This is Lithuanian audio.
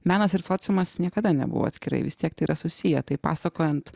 menas ir sociumas niekada nebuvo atskirai vis tiek tai yra susiję taip pasakojant